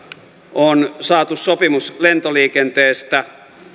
on saatu sopimus lentoliikenteestä